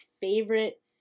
favorite